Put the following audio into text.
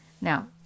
Now